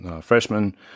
freshman